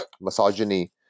misogyny